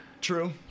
True